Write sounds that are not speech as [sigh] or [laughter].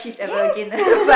yes [laughs]